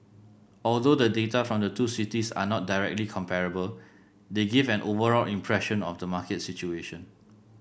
although the data from the two cities are not directly comparable they give an overall impression of the market situation